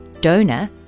donor